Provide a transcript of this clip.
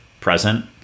present